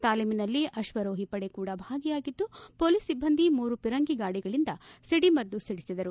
ತಾಲೀಮಿನಲ್ಲಿ ಅಶ್ವರೋಹಿಪಡೆ ಕೂಡ ಭಾಗಿಯಾಗಿದ್ದು ಪೊಲೀಸ್ ಸಿಬ್ಬಂದಿ ಮೂರು ಪಿರಂಗಿ ಗಾಡಿಗಳಿಂದ ಸಿಡಿಮದ್ದು ಸಿಡಿಸಿದರು